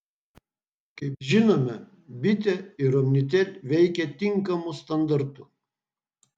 kaip žinome bitė ir omnitel veikia tinkamu standartu